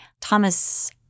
Thomas